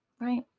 right